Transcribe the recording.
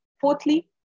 fourthly